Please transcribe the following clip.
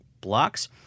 blocks